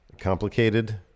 complicated